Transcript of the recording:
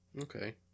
Okay